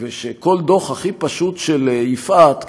וכל דוח הכי פשוט של יפעת,